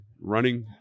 running